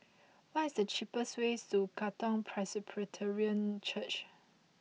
what is the cheapest way to Katong Presbyterian Church